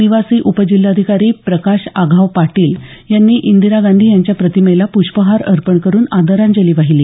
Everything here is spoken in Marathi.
निवासी उपजिल्हाधिकारी प्रकाश आघाव पाटील यांनी इंदिरा गांधी यांच्या प्रतिमेला प्ष्पहार अर्पण करुन आदरांजली वाहिली